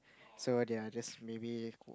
so ya just maybe